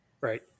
Right